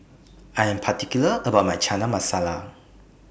I Am particular about My Chana Masala